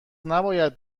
نباید